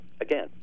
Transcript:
Again